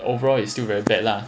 overall it's still very bad lah